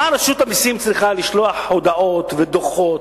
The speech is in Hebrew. למה רשות המסים צריכה לשלוח הודעות ודוחות